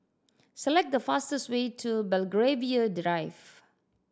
select the fastest way to Belgravia Drive